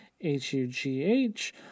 h-u-g-h